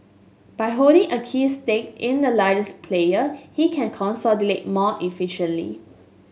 by holding a key stake in the largest player he can more efficiently